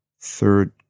third